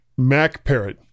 MacParrot